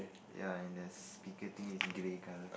ya and there's speaker thing is grey color